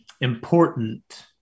important